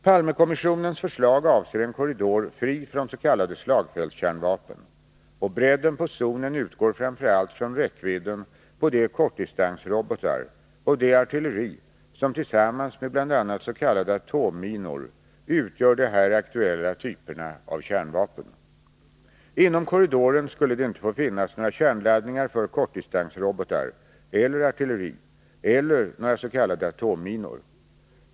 Palmekommissionens förslag avser en korridor fri från s.k. slagfältskärnvapen, och bredden på zonen utgår framför allt från räckvidden på de kortdistansrobotar och det artilleri som tillsammans med bl.a. s.k. atomminor utgör de här aktuella typerna av kärnvapen. Inom korridoren skulle det inte få finnas några kärnladdningar för kortdistansrobotar eller artilleri eller några s.k. atomminor.